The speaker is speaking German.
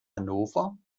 hannover